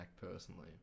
personally